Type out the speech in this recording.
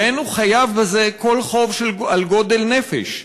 // ואין הוא חייב בזה כל חוב על גודל נפש.